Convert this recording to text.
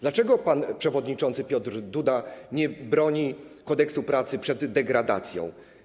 Dlaczego pan przewodniczący Piotr Duda nie broni Kodeksu pracy przed degradacją?